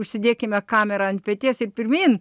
užsidėkime kamerą ant peties ir pirmyn